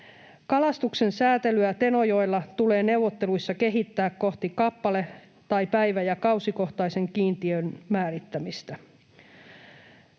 Kalastuksen säätelyä Tenojoella tulee neuvotteluissa kehittää kohti kappale‑ tai päivä‑ ja kausikohtaisen kiintiön määrittämistä.